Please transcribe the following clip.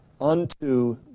unto